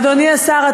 אדוני השר,